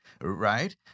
right